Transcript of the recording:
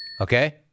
Okay